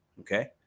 okay